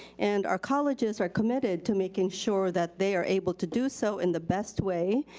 and our colleges are committed to making sure that they are able to do so in the best way,